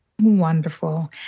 Wonderful